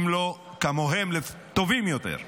אם לא כמוהם, טובים יותר.